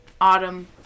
autumn